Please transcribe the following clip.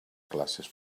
classes